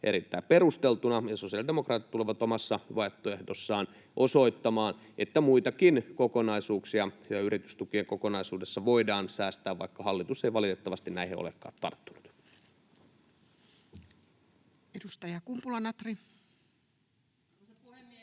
erittäin perusteltuna, ja sosiaalidemokraatit tulevat omassa vaihtoehdossaan osoittamaan, että muissakin kokonaisuuksissa ja yritystukien kokonaisuudessa voidaan säästää, vaikka hallitus ei valitettavasti näihin olekaan tarttunut. [Speech 80] Speaker: